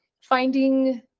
finding